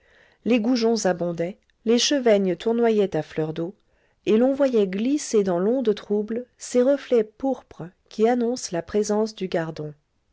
les goujons abondaient les chevaignes tournoyaient à fleur d'eau et l'on voyait glisser dans l'onde trouble ces reflets pourprés qui annoncent la présence du gardon